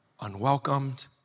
unwelcomed